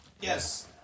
Yes